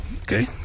Okay